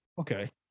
Okay